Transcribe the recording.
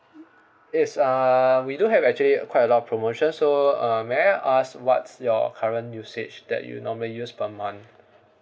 yes uh we do have actually quite a lot of promotions so uh may I ask what's your current usage that you normally use per month